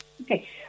Okay